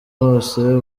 bose